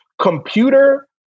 Computer